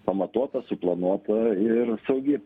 pamatuota suplanuota ir saugi